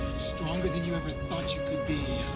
stronger than you ever thought you could be.